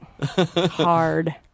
Hard